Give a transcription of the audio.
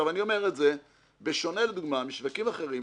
אני אומר את זה בשונה לדוגמה משווקים אחרים,